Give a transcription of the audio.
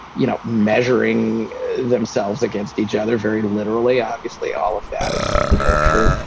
you know, measuring themselves against each other very literally. obviously, all of that is real true.